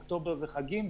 אוקטובר זה חגים,